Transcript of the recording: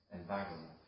environment